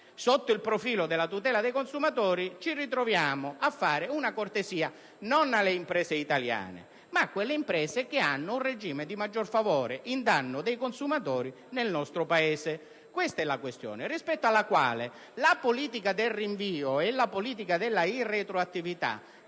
sotto il profilo della tutela dei consumatori, ci ritroviamo a fare una cortesia non alle imprese italiane, ma a quelle imprese che hanno un regime di maggior favore in danno dei consumatori nel nostro Paese. Questa è la questione rispetto alla quale la politica del rinvio e la politica della irretroattività